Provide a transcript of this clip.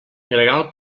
gregal